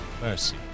mercy